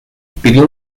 pidió